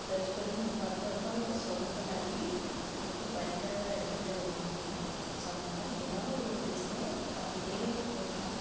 search பண்ணி அது பண்ணுறப்போ சொதப்பல் ஆகி அதுக்கு பயங்கர கிண்டல் வாங்கினேன் ஸோ அந்தமாதிரி எதாவது ஒரு டிஷ்ஷை பண்ணிகிட்டே இருப்பேன்